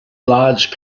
large